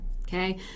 okay